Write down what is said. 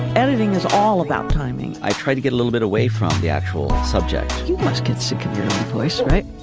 editing is all about timing. i tried to get a little bit away from the actual subject. you must get second place, right?